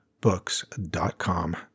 books.com